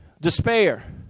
despair